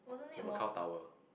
the Macau tower